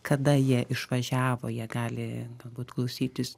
kada jie išvažiavo jie gali galbūt klausytis